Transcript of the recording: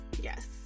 Yes